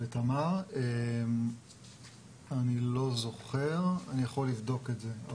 בתמר אני לא זוכר, אני יכול לבדוק את זה.